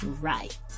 right